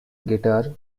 guitar